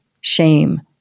shame